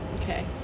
Okay